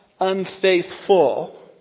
unfaithful